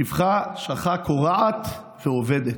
שחה, כורעת ואובדת,